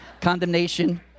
Condemnation